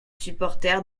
supporter